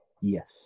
Yes